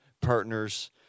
partners